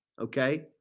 Okay